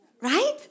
right